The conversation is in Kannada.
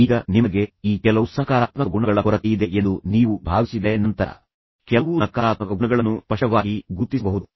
ಈಗ ನಿಮಗೆ ಈ ಕೆಲವು ಸಕಾರಾತ್ಮಕ ಗುಣಗಳ ಕೊರತೆಯಿದೆ ಎಂದು ನೀವು ಭಾವಿಸಿದರೆ ಮತ್ತು ನಂತರ ಕೆಲವು ನಕಾರಾತ್ಮಕ ಗುಣಗಳನ್ನು ನೀವು ಸ್ಪಷ್ಟವಾಗಿ ಗುರುತಿಸಬಹುದು